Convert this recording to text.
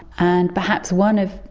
and perhaps one of.